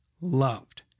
loved